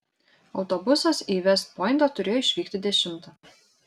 autobusas į vest pointą turėjo išvykti dešimtą